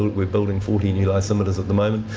we're building forty new lysimeters at the moment,